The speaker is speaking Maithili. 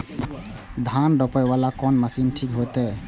धान रोपे वाला कोन मशीन ठीक होते?